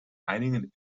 einigen